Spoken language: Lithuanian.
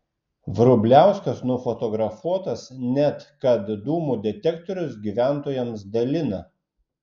vrubliauskas nufotografuotas net kad dūmų detektorius gyventojams dalina